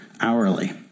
hourly